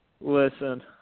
listen